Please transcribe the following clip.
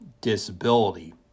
disability